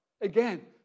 Again